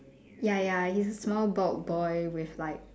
ya ya he's a small bald boy with like